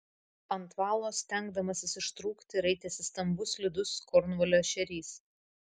ant valo stengdamasis ištrūkti raitėsi stambus slidus kornvalio ešerys